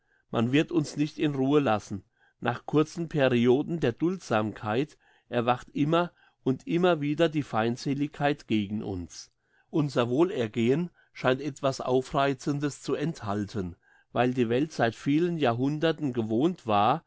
man wird uns nicht in ruhe lassen nach kurzen perioden der duldsamkeit erwacht immer und immer wieder die feindseligkeit gegen uns unser wohlergehen scheint etwas aufreizendes zu enthalten weil die welt seit vielen jahrhunderten gewohnt war